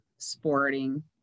sporting